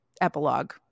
epilogue